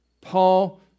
Paul